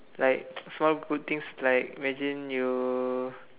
like small good things like imagine you